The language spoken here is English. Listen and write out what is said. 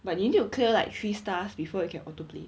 but you need to clear like three stars before you can autoplay